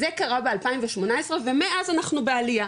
זה קרה ב-2018 ומאז אנחנו בעלייה.